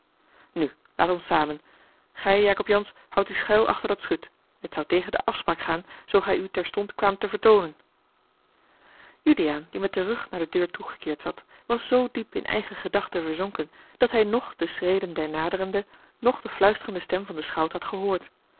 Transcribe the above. nu laat ons samen gij jacob jansz houd u schuil achter dat schut het zou tegen de afspraak gaan zoo gij u terstond kwaamt te vertoonen uliaan die met den rug naar de deur toegekeerd zat was zoo diep in eigen gedachten verzonken dat hij noch de schreden der naderenden noch de fluisterende stem van den schout had gehoord